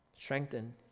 Strengthen